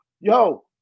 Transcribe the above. yo